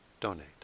donate